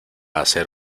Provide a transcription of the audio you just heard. hacer